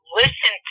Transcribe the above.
listen